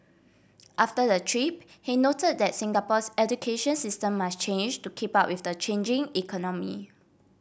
after the trip he noted that Singapore's education system must change to keep up with the changing economy